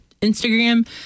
Instagram